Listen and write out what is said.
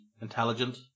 intelligent